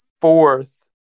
fourth